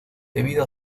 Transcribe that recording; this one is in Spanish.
debido